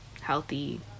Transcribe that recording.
healthy